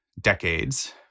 decades